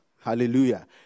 Hallelujah